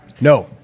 No